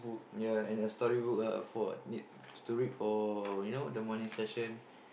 ya and a storybook ah for need to read for you know the morning session